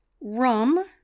rum